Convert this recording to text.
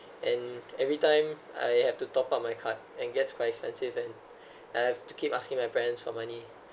and every time I have to top up my card and gets quite expensive and I have to keep asking my parents for money